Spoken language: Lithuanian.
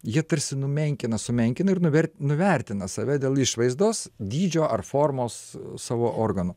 jie tarsi numenkina sumenkina ir nuver nuvertina save dėl išvaizdos dydžio ar formos savo organų